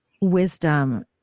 wisdom